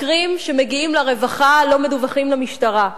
מקרים שמגיעים לרווחה לא מדווחים למשטרה,